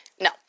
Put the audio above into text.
no